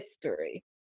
history